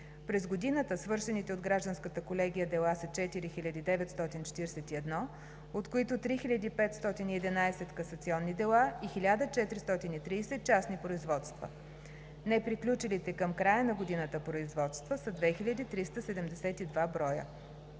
През годината свършените от гражданската колегия дела са 4941, от които 3511 касационни дела и 1430 – частни производства. Неприключилите към края на годината производства са 2372 броя.